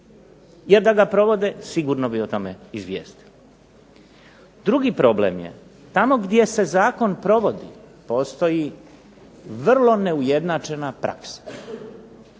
jer da ga provode sigurno bi o tome izvijestili. Drugi problem je, tamo gdje se zakon provodi postoji vrlo neujednačena praksa,